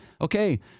okay